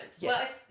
Yes